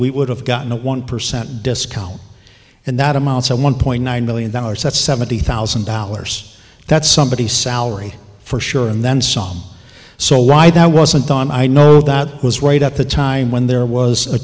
we would have gotten a one percent discount and that amounts to one point nine million dollars that's seventy thousand dollars that's somebody salary for sure and then some so why that wasn't done i know that was right at the time when there was a